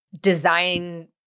design